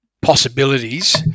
possibilities